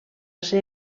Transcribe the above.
ser